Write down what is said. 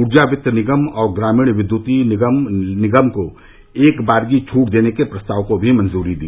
ऊर्जा वित्त निगम और ग्रामीण विद्युतिकरण निगम को एक बारगी छूट देने के प्रस्ताव को भी मंजूरी दी